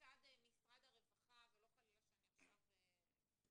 מצד משרד הרווחה ולא חלילה אני עכשיו מקלה